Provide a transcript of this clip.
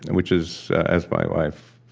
and which is, as my wife,